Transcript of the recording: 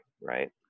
right